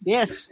Yes